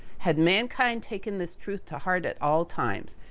had mankind taken this truth to heart at all times,